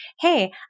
Hey